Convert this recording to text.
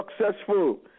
successful